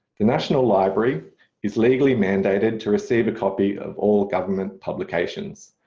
the national library is legally mandated to receive a copy of all government publications,